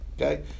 Okay